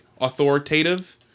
authoritative